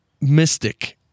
mystic